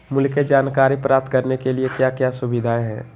मूल्य के जानकारी प्राप्त करने के लिए क्या क्या सुविधाएं है?